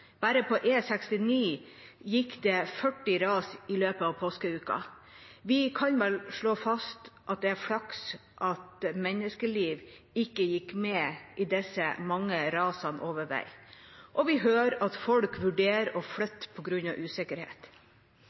Bare på E69 gikk det 40 ras i løpet av påskeuken. Vi kan vel slå fast at det er flaks at menneskeliv ikke gikk med i disse mange rasene over vei, og vi hører at folk vurderer å flytte på grunn av usikkerhet.